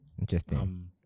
interesting